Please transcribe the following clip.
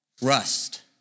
rust